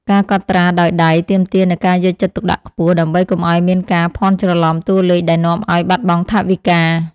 ការកត់ត្រាដោយដៃទាមទារនូវការយកចិត្តទុកដាក់ខ្ពស់ ដើម្បីកុំឱ្យមានការភាន់ច្រឡំតួលេខដែលនាំឱ្យបាត់បង់ថវិកា។